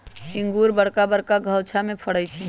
इंगूर बरका बरका घउछामें फ़रै छइ